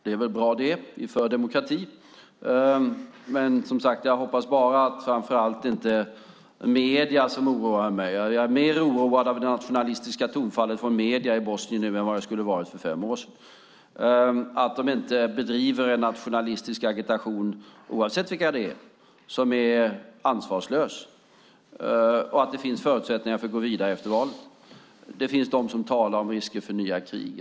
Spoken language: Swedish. Det är väl bra det, vi är för demokrati, men framför allt medierna oroar mig. Jag är nu mer oroad av det nationalistiska tonfallet i medierna i Bosnien än jag skulle ha varit för fem år sedan. Jag hoppas att de inte bedriver en nationalistisk agitation, oavsett vilka det gäller, som är ansvarslös, och att det finns förutsättningar att gå vidare efter valet. Det finns de som talar om risken för nya krig.